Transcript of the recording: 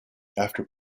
after